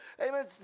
amen